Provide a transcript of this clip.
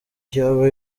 yaba